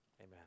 Amen